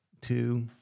two